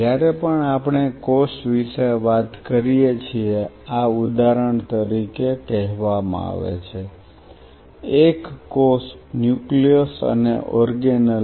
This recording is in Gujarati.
જ્યારે પણ આપણે કોષ વિશે વાત કરીએ છીએ આ ઉદાહરણ તરીકે કહેવામાં આવે છે એક કોષ ન્યુક્લિયસ અને ઓર્ગેનેલ